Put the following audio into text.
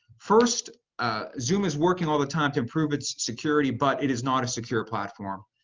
first zoom is working all the time to improve its security. but it is not a secure platform.